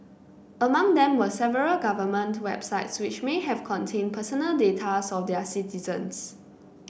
among them were several government websites which may have contained personal data of their citizens